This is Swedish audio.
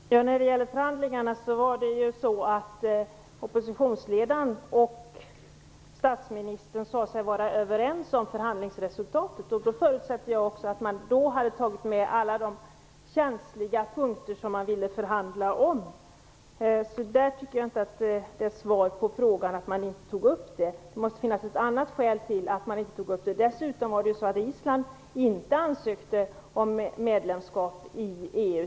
Fru talman! När det gäller förhandlingarna sade sig statsministern och oppositionsledaren vara överens om förhandlingsresultatet. Jag förutsätter då att man hade tagit med alla de känsliga punkter som man ville förhandla om. På den punkten har jag inte fått svar. Det måste finnas ett annat skäl till att man inte tog upp frågan. Dessutom ansökte inte Island om medlemskap i EU.